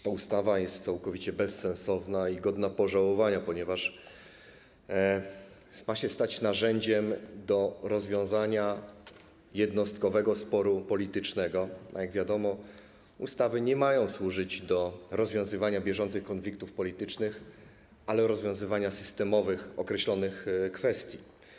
Ta ustawa jest całkowicie bezsensowna i godna pożałowania, ponieważ ma stać się narzędziem do rozwiązania jednostkowego sporu politycznego, a jak wiadomo, ustawy mają służyć nie do rozwiązywania bieżących konfliktów politycznych, ale do rozwiązywania systemowych, określonych kwestii.